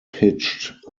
pitched